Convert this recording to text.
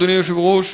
אדוני היושב-ראש,